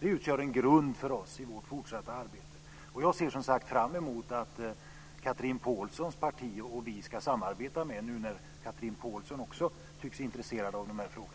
Det utgör en grund för oss i vårt fortsatta arbete. Jag ser som sagt framemot att Chatrine Pålssons parti och Vänsterpartiet ska samarbeta, nu när Chatrine Pålsson också tycks intresserad av dessa frågor.